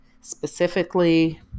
specifically